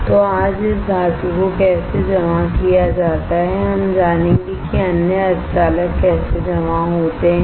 तो आज इस धातु को कैसे जमा किया जाता है हम जानेंगे कि अन्य सेमीकंडक्टर कैसे जमा होते हैं